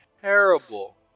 terrible